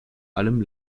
allem